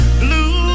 blue